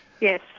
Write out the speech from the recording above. Yes